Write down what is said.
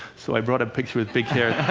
so i brought a picture with big hair.